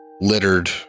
littered